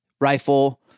rifle